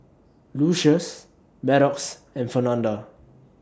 Lucious Maddox and Fernanda